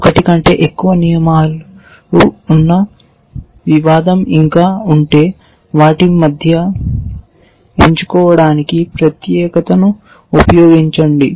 ఒకటి కంటే ఎక్కువ నియమాలు ఉన్న వివాదం ఇంకా ఉంటే వాటి మధ్య ఎంచుకోవడానికి ప్రత్యేకతను ఉపయోగించండి